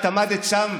את עמדת שם,